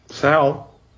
Sal